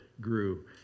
grew